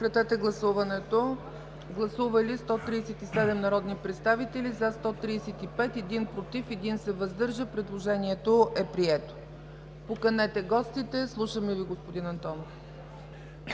Поканете гостите. Слушаме Ви, господин Антонов.